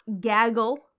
gaggle